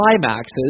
climaxes